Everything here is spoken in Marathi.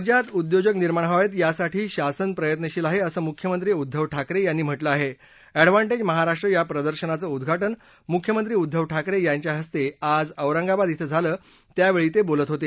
राज्यात उद्योजक निर्माण व्हावेत यासाठी शासन प्रयत्नशील आहे असं मुख्यमंत्री उद्दव ठाकरे यांनी म्हालं आहे एडव्हान जि महाराष्ट्र या प्रदर्शनाचं उद्वा ज मुख्यमंत्री उद्वव ठाकरे यांच्याहस्ते आज औरंगाबाद क्षे झालं त्यावेळी ते बोलत होते